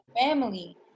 family